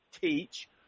teach